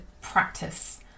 practice